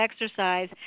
exercise